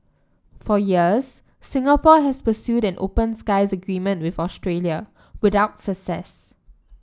for years Singapore has pursued an open skies agreement with Australia without success